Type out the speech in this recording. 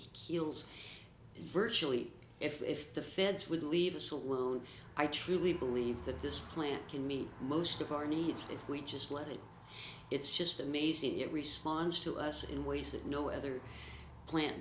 kills virtually if the feds would leave us alone i truly believe that this plant can meet most of our needs if we just let it it's just amazing it responds to us in ways that no other plan